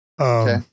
Okay